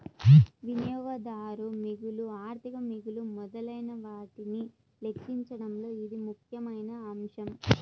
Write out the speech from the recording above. వినియోగదారు మిగులు, ఆర్థిక మిగులు మొదలైనవాటిని లెక్కించడంలో ఇది ముఖ్యమైన అంశం